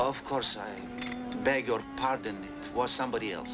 of course i beg your pardon was somebody else